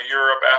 Europe